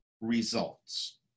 results